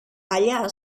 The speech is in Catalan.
allà